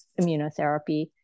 immunotherapy